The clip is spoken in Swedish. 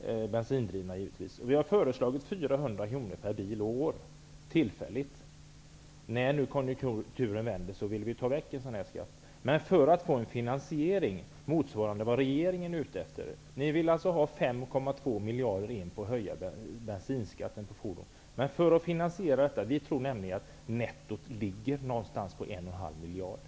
Ny demokrati har föreslagit ett tillfälligt belopp på 400 kr per bil och år -- när konjunkturen vänder vill vi ta bort skatten -- för att få en finansiering i likhet med regeringens. Ni vill få in 5,2 miljarder kronor genom höjd bensinskatten. Vi tror emellertid att nettot ligger på ungefär 1,5 miljarder kronor.